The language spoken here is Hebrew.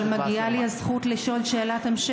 אבל מגיעה לי הזכות לשאול שאלה.